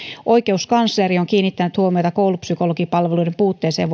oikeuskansleri on kiinnittänyt huomiota koulupsykologipalveluiden puutteeseen